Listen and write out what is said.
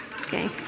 Okay